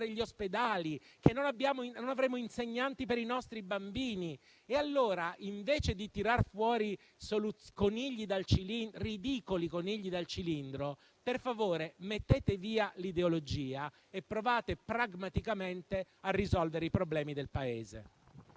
gli ospedali e che non avremo insegnanti per i nostri bambini. Allora, invece di tirar fuori ridicoli conigli dal cilindro, per favore, mettete via l'ideologia e provate, pragmaticamente, a risolvere i problemi del Paese.